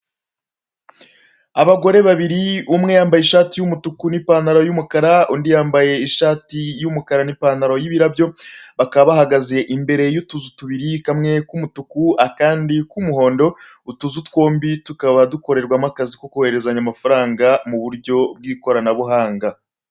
Abagore babiri umwe yambaye ishati y'umutuku n'ipantalo y'umukara, undi yambaye ishati n'ipantaro y'ibarabyo bakaba bahagaze imbere y'utuzu tubiri kamwe k'umutuku akandi k'umuhondo, utuzu twombi tukaba dukorerwama akazi ko koherezanya amafaranga mu buryo bw'ikoranabuhanga.